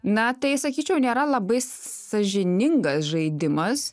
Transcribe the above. na tai sakyčiau nėra labai sąžiningas žaidimas